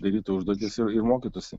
darytų užduotis ir ir mokytųsi